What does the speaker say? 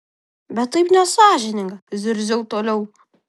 bet taip nesąžininga zirziau toliau